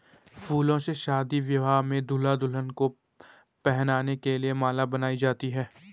फूलों से शादी ब्याह में दूल्हा दुल्हन को पहनाने के लिए माला बनाई जाती है